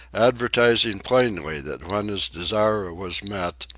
advertising plainly that when his desire was met,